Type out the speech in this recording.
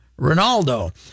ronaldo